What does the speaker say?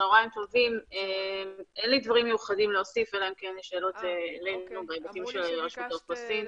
דברים מיוחדים להוסיף אלא אם כן יש שאלות בהיבטים של רשות האוכלוסין.